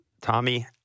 Tommy